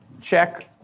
check